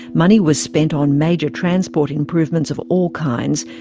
money was spent on major transport improvements of all kinds,